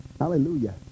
Hallelujah